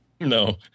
No